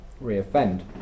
re-offend